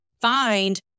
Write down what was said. find